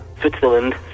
Switzerland